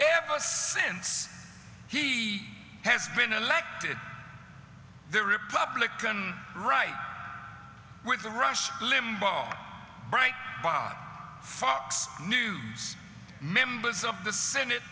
ever since he has been elected the republican right with the rush limbaugh bright bar fox news members of the senate